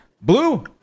Blue